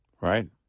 Right